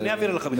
אני אעביר לך.